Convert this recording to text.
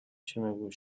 чимээгүй